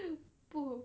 不